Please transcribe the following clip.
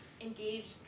engage